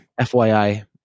FYI